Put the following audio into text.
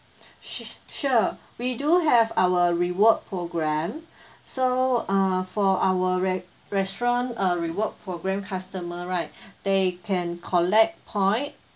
su~ sure we do have our reward programme so uh for our re~ restaurant a reward programme customer right they can collect point